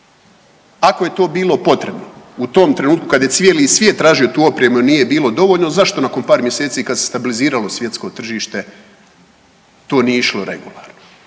Ako je to bilo potrebno u tom trenutku kada je cijeli svijet tražio tu opremu jer nije bilo dovoljno zašto nakon par mjeseci kad se stabiliziralo svjetsko tržište to nije išlo regularno.